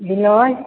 blouse